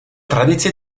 tradici